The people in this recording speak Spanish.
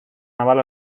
naval